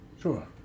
Sure